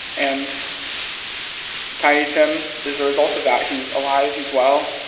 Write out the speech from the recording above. and tiny tim is the result of that. he's alive. he's well.